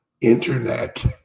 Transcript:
Internet